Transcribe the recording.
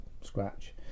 scratch